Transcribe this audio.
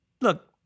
look